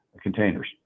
containers